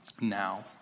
now